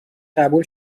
قبول